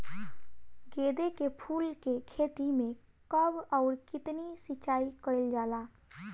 गेदे के फूल के खेती मे कब अउर कितनी सिचाई कइल जाला?